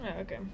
okay